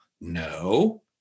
No